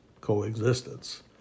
coexistence